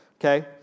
Okay